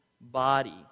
body